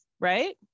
right